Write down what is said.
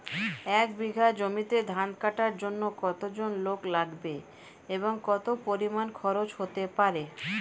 এক বিঘা জমিতে ধান কাটার জন্য কতজন লোক লাগবে এবং কত পরিমান খরচ হতে পারে?